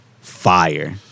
fire